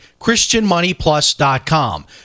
ChristianMoneyPlus.com